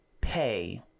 pay